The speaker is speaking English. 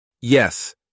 Yes